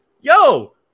yo